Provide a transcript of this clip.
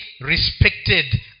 respected